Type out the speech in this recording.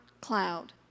cloud